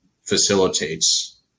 facilitates